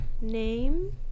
name